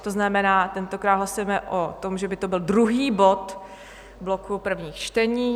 To znamená, tentokrát hlasujeme o tom, že by to byl druhý bod bloku prvních čtení.